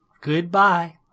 Goodbye